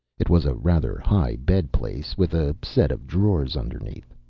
it was a rather high bed place with a set of drawers underneath.